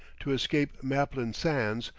to escape maplin sands,